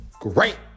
Great